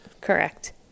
Correct